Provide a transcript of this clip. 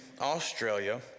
Australia